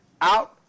out